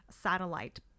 satellite